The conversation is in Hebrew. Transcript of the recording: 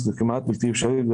היא כמעט בלתי אפשרית.